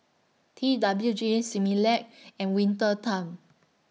T W G Similac and Winter Time